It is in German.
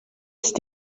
ist